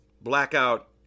Blackout